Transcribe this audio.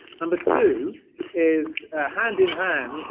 number two is hand-in-hand